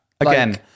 Again